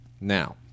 Now